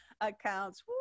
accounts